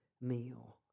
meal